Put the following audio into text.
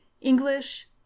English